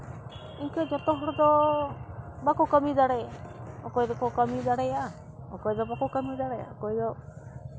ᱤᱱᱠᱟᱹ ᱡᱚᱛᱚ ᱦᱚᱲ ᱫᱚ ᱵᱟᱝ ᱠᱚ ᱠᱟᱹᱢᱤ ᱫᱟᱲᱮᱭᱟᱜᱼᱟ ᱚᱠᱚᱭ ᱠᱚᱠᱚ ᱠᱟᱹᱢᱤ ᱫᱟᱲᱮᱭᱟᱜᱼᱟ ᱚᱠᱚᱭ ᱫᱚ ᱵᱟᱝᱠᱚ ᱠᱟᱹᱢᱤ ᱫᱟᱲᱮᱭᱟᱜᱼᱟ ᱚᱠᱚᱭ ᱫᱚ